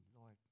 Lord